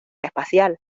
espacial